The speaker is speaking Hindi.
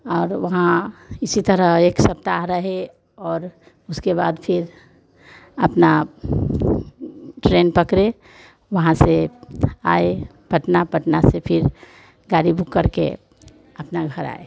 और वहाँ इसी तरह एक सप्ताह रहे और उसके बाद फिर अपनी ट्रेन पकड़े वहाँ से आए पटना पटना से फिर गाड़ी बुक करके अपने घर आए